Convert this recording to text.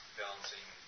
balancing